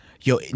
Yo